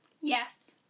Yes